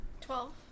Twelve